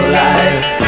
life